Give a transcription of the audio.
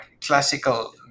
classical